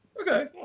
Okay